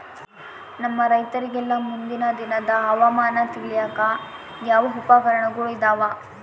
ನಮ್ಮ ರೈತರಿಗೆಲ್ಲಾ ಮುಂದಿನ ದಿನದ ಹವಾಮಾನ ತಿಳಿಯಾಕ ಯಾವ ಉಪಕರಣಗಳು ಇದಾವ?